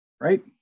right